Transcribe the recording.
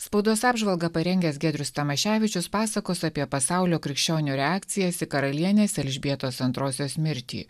spaudos apžvalgą parengęs giedrius tamaševičius pasakos apie pasaulio krikščionių reakcijas į karalienės elžbietos antrosios mirtį